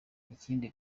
ikindi